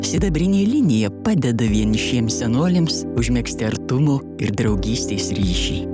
sidabrinė linija padeda vienišiems senoliams užmegzti artumo ir draugystės ryšį